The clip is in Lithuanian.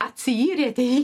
atsiyrėte į